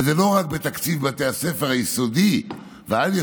וזה לא רק בתקציב בתי הספר היסודי והעל-יסודי,